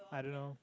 I don't know